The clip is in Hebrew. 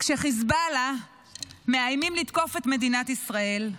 כשחיזבאללה מאיימים לתקוף את מדינת ישראל,